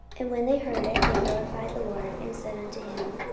and when they heard it, they glorified the lord, and said unto him,